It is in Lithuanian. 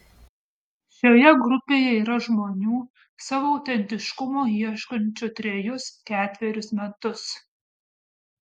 šioje grupėje yra žmonių savo autentiškumo ieškančių trejus ketverius metus